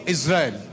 Israel